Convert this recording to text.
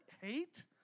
hate